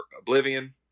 Oblivion